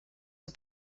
are